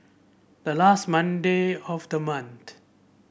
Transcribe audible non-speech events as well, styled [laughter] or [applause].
the last Monday of the [unintelligible]